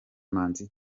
manzi